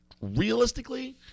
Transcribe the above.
realistically